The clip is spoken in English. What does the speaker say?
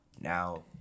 Now